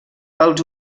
els